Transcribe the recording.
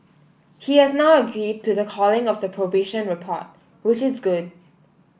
he has now agreed to the calling of the probation report which is good